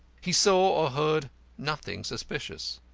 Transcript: he saw or heard nothing suspicious.